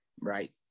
Right